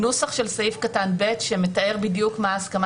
נוסח סעיף קטן (ב) שמתאר בדיוק מה ההסכמה